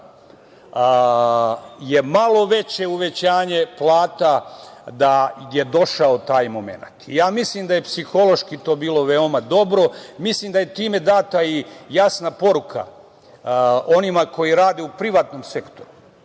je malo veće uvećanje plata da je došao taj momenat i ja mislim da je psihološki to bilo veoma dobro. Mislim da je time data i jasna poruka onima koji rade u privatnom sektoru,